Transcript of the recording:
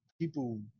people